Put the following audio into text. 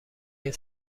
این